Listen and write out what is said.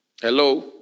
Hello